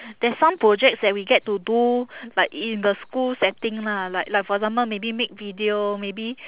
there's some projects that we get to do like in the school setting lah like like for example maybe make video maybe